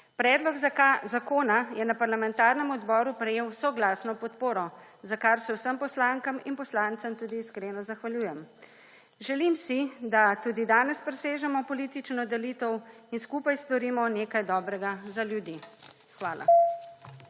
Predlog zakona je na parlamentarnem odboru prejeli soglasno podporo, za kar se vsem poslankam in poslancem tudi iskreno zahvaljujem. Želim si, da tudi danes presežemo politično delitev in skupaj storimo nekaj dobrega za ljudi. Hvala.